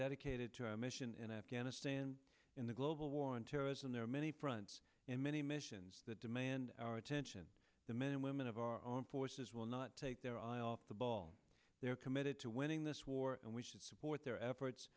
dedicated to our mission in afghanistan in the global war on terrorism there are many fronts and many missions that demand our attention the men and women of our armed forces will not take their eye off the ball they are committed to winning this war and we should support their efforts